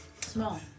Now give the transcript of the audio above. small